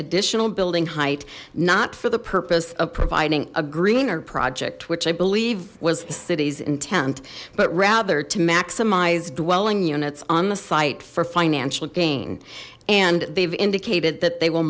additional building height not for the purpose of providing a greener project which i believe was the city's intent but rather to maximize dwelling units on the site for financial and they've indicated that they will